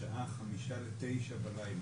שעה כשמתמודדים עם מכת מדינה מן הסוג הזה,